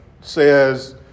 says